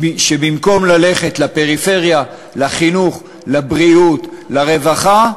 שבמקום ללכת לפריפריה, לחינוך, לבריאות, לרווחה,